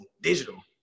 digital